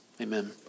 amen